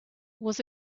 was